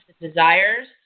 Desires